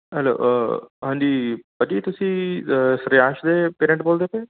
hello ਹਾਂਜੀ ਭਾਅ ਜੀ ਤੁਸੀਂ ਸ਼ਰਿਆਂਸ਼ ਦੇ ਪੇਰੈਂਟ ਬੋਲਦੇ ਪਏ ਹੋ